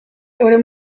euren